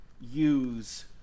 use